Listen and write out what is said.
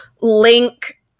link